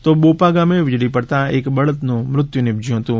તો બોપા ગામે વિજળી પડતા એક બળદનું મૃત્યુ નીપજયુ હતુ